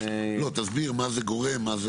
לא, תסביר מה זה גורם.